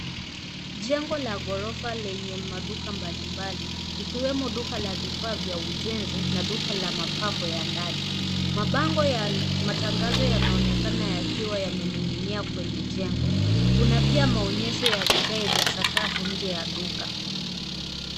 Jengo la ghorofa lenye maduka mbalimbali ikiwemo duka la vifaa vya ujenzi na duka la mapambo ya ndani. Mabango ya matangazo yanaonekana yakiwa yamening'inia kwenye jengo. Kuna pia maonyesho ya vigae vya sakafu nje ya duka.